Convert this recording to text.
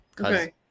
Okay